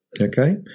Okay